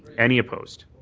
any opposed.